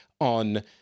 On